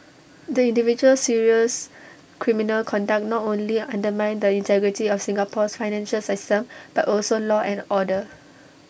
the individual's serious criminal conduct not only undermined the integrity of Singapore's financial system but also law and order